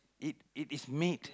it it is made